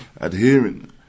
adhering